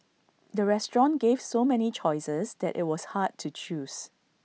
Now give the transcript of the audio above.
the restaurant gave so many choices that IT was hard to choose